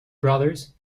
brothers